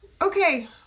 Okay